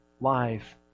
Life